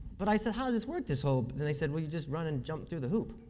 but i said how does this work, this whole and they said, well, you just run and jump through the hoop.